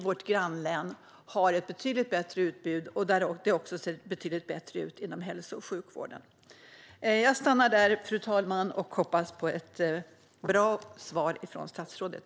Vårt grannlän har ett betydligt bättre utbud, och där ser det också betydligt bättre ut inom hälso och sjukvården. Jag stannar där, fru talman, och hoppas på ett bra svar från statsrådet.